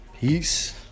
Peace